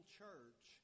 church